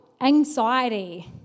anxiety